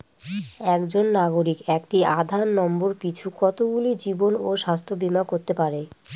একজন নাগরিক একটি আধার নম্বর পিছু কতগুলি জীবন ও স্বাস্থ্য বীমা করতে পারে?